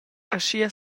aschia